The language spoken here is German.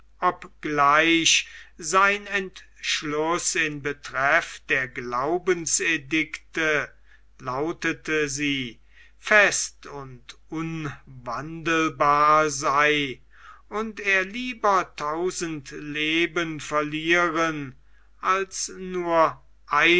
obgleich sein entschluß in betreff der glaubensedikte lautete sie fest und unwandelbar sei und er lieber tausend leben verlieren als nur